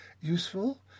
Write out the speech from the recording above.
useful